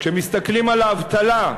כשמסתכלים על האבטלה,